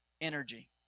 energy